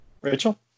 Rachel